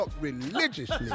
religiously